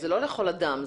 זה לא לכל אדם.